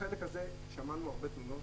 בחלק הזה שמענו הרבה תלונות.